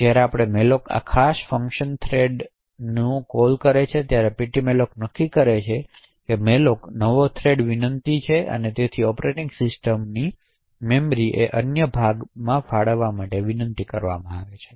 હવે જ્યારે આપણે malloc આ ખાસ ફંકશન થ્રેડ ફંકશન છે તે શું છે કે ptmalloc નક્કી કરશે કે malloc નવો થ્રેડ વિનંતી અને તેથી તે ઑપરેટિંગ સિસ્ટમની મેમરી અન્ય ભાગ માટે વિનંતી કરશે